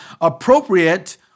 appropriate